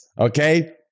Okay